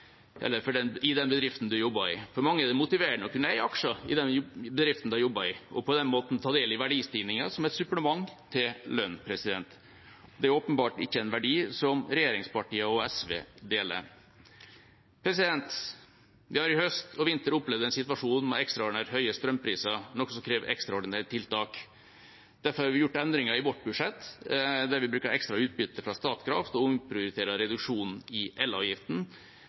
eller i den bedriften man jobber i. For mange er det motiverende å kunne eie aksjer i den bedriften de jobber i, og på den måten ta del i verdistigningen som et supplement til lønn. Det er åpenbart ikke en verdi som regjeringspartiene og SV deler. Vi har i høst og vinter opplevd en situasjon med ekstraordinært høye strømpriser, noe som krever ekstraordinære tiltak. Derfor har vi gjort endringer i vårt budsjett der vi bruker ekstra utbytte fra Statkraft og omprioriterer reduksjonen i elavgiften